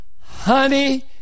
Honey